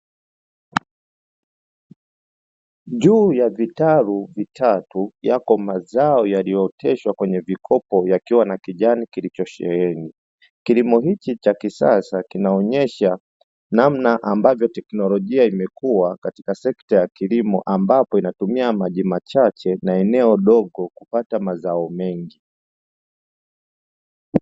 Juu ya vitalu vitatu yako mazao yaliyooteshwa Kwenye vikopo yakiwa na kijani kilichosheheni kilimo hichi cha kisasa kinaonyesha namna ambavyo teknolojia imekuwa katika sekta ya kilimo ambapo inatumia maji machache na eneo dogo kupata mazao mengi.